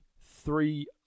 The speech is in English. three